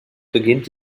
beginnt